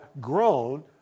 grown